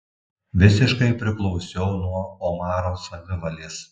visiškai priklausiau nuo omaro savivalės